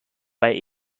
bei